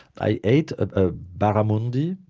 i ate ah barramundi,